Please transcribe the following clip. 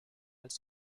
als